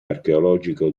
archeologico